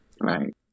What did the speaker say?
Right